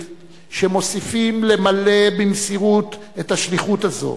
שמוסיפים למלא במסירות את השליחות הזאת,